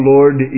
Lord